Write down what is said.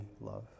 love